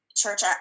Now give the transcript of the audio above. church